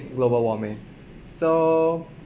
global warming so